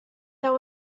there